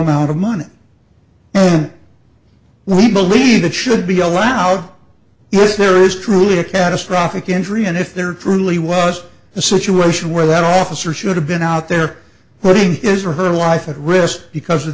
amount of money we believe that should be allowed if there is truly a catastrophic injury and if there truly was a situation where that officer should have been out there putting his or her life at risk because of